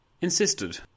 insisted